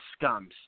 scums